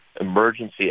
emergency